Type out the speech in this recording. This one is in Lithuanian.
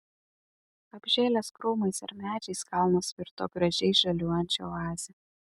apžėlęs krūmais ir medžiais kalnas virto gražiai žaliuojančia oaze